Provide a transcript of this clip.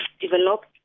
developed